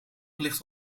ligt